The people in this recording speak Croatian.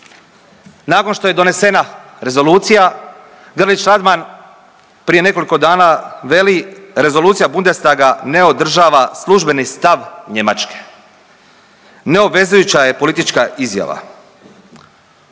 Nakon što je donesena rezolucija Grlić Radman prije nekoliko dana veli, rezolucija Bundestaga ne održava službeni stav Njemačke, ne obvezujuća je politička izjava.